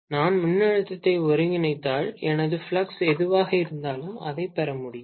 நான் மின்னழுத்தத்தை ஒருங்கிணைத்தால் எனது ஃப்ளக்ஸ் எதுவாக இருந்தாலும் அதைப் பெற முடியும்